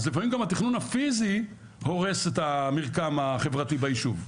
אז לפעמים גם התכנון הפיזי הורס את המרקם החברתי ביישוב,